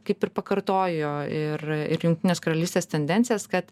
kaip ir pakartojo ir ir jungtinės karalystės tendencijas kad